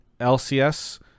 LCS